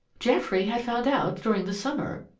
geoffrey had found out, during the summer,